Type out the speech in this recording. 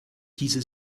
diese